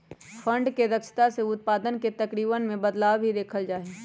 fund के दक्षता से उत्पाद के तरीकवन में बदलाव भी देखल जा हई